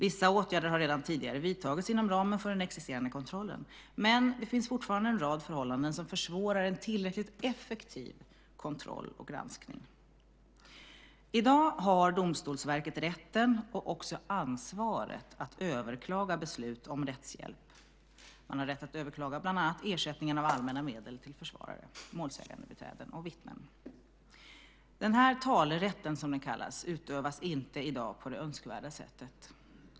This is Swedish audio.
Vissa åtgärder har redan tidigare vidtagits inom ramen för den existerande kontrollen, men det finns fortfarande en rad förhållanden som försvårar en tillräckligt effektiv kontroll och granskning. I dag har Domstolsverket rätten och ansvaret att överklaga beslut om rättshjälp. Man har rätt att överklaga bland annat ersättning av allmänna medel till försvarare, målsägarbiträden och vittnen. Denna talerätt utövas inte i dag på ett önskvärt sätt.